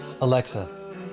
Alexa